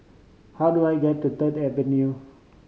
how do I get to Third Avenue